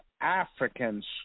Africans